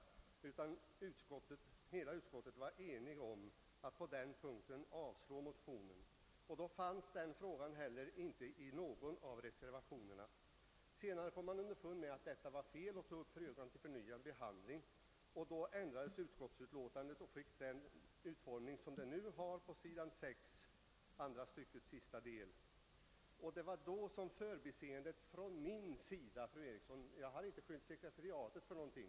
Hela utskottet var därför enigt om att avstyrka motionen på den punkten och frågan togs inte upp i någon av reservationerna. Senare kom man underfund med att denna uppfattning var felaktig och tog upp frågan till förnyad behandling. Utskottsutlåtandet ändrades då och fick den utformning det nu har på s. 6 i andra styckets sista del. Det var då förbiseendet från min sida skedde, fru Eriksson — jag har inte skyllt sekretariatet för någonting.